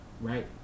Right